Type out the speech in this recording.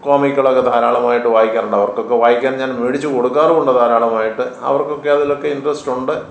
കോമിക്കുകളൊക്കെ ധാരാളമായിട്ടു വായിക്കാറുണ്ട് അവർക്കൊക്കെ വായിക്കാൻ ഞാൻ മേടിച്ചു കൊടുക്കാറുമുണ്ട് ധാരാളമായിട്ട് അവർക്കൊക്കെ അതിലൊക്കെ ഇൻറ്ററസ്റ്റുണ്ട്